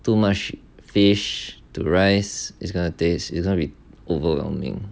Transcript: too much fish to rice is gonna taste is gonna be overwhelming